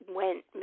went